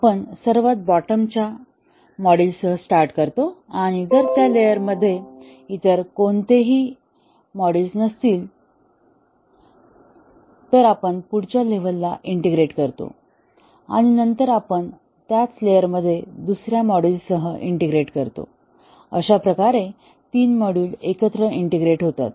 आपण सर्वात बॉटमच्या मॉड्यूलसह स्टार्ट करतो आणि जर त्या लेयरमध्ये इतर कोणतेही मॉड्यूल नसतील तर आपण पुढच्या लेव्हलला इंटिग्रेट करतो आणि नंतर आपण त्याच लेयरमध्ये दुसर्या मॉड्यूलसह इंटिग्रेट करतो अशा प्रकारे तीन मॉड्यूल एकत्र इंटिग्रेट होतात